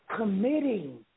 Committing